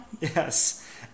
Yes